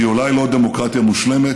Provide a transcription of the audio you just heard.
היא אולי לא דמוקרטיה מושלמת,